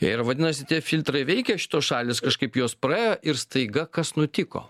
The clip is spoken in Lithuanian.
ir vadinasi tie filtrai veikia šitos šalys kažkaip jos praėjo ir staiga kas nutiko